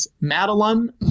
Madeline